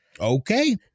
okay